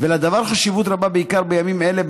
ולדבר חשיבות רבה בעיקר בימים אלה,